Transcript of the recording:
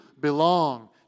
belong